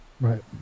Right